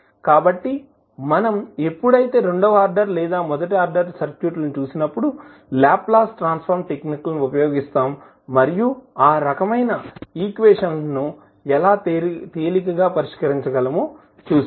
కాబట్టి మనం ఎప్పుడైతే రెండవ ఆర్డర్ లేదా మొదటి ఆర్డర్ సర్క్యూట్లను చూసినప్పుడు లాప్లాస్ ట్రాన్స్ ఫార్మ్ టెక్నిక్లను ఉపయోగిస్తాము మరియు ఆ రకమైన ఈక్వేషన్ లను ఎలా తేలికగా పరిష్కరించగలమో చూసాము